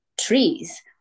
trees